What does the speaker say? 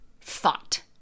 thought